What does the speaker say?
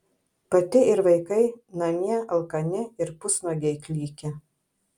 pati ir vaikai namie alkani ir pusnuogiai klykia